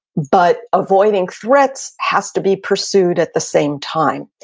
but avoiding threats has to be pursued at the same time.